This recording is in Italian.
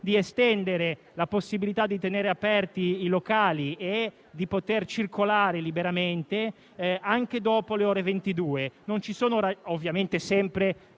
di estendere la possibilità di tenere aperti i locali e di poter circolare liberamente anche dopo le ore 22, ovviamente sempre